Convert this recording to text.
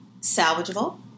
salvageable